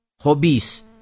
hobbies